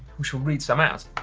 we shall read some out.